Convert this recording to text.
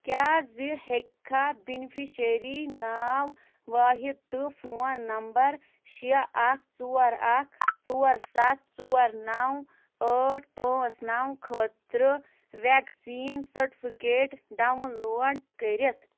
کیٛاہ زِ ہیٚککھا بٮ۪نِفیشرِی ناو واحِد تہٕ فون نمبر شےٚ اَکھ ژور اَکھ ژور سَتھ ژور نَو ٲٹھ پٲنٛژھ نَو خٲطرٕ وٮ۪کسیٖن سٔرٹِفکیٹ ڈاوُن لوڈ کٔرِتھ